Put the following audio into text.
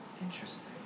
Interesting